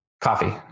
Coffee